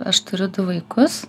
aš turiu du vaikus